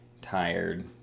tired